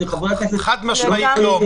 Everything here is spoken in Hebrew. חד משמעית לא.